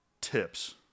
tips